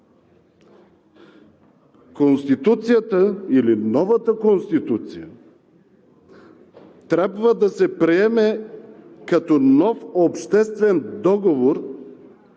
Конституцията или новата Конституция трябва да се приеме като нов обществен договор